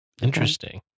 Interesting